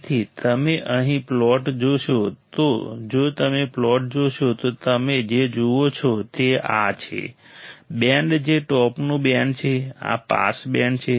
તેથી તમે અહીં પ્લોટ જોશો જો તમે પ્લોટ જોશો તો તમે જે જુઓ છો તે આ છે બેન્ડ જે ટોપનું બેન્ડ છે આ પાસ બેન્ડ છે